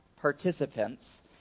participants